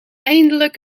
eindelijk